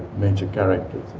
major characters